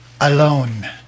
Alone